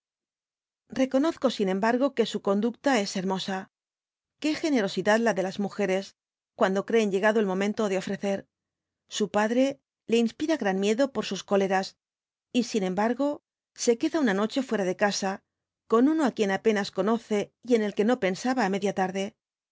reconozco sin embargo que su conducta es hermosa qué generosidad la de las mujeres cuando creen llegado el momento de ofrecer su padre le inspira gran miedo por sus cóleras y sin embargo se queda una noche fuera de casa con uno á quien apenas conoce y en el que no pensaba á media tarde